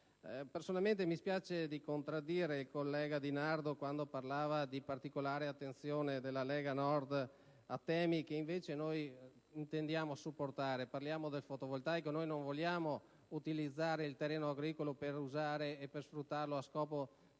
Personalmente, mi dispiace di dover contraddire il collega Di Nardo quando parlava di particolare preoccupazione della Lega Nord su temi che invece noi intendiamo supportare: mi riferisco al fotovoltaico. Noi non vogliamo utilizzare il terreno agricolo e sfruttarlo allo scopo